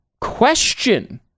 question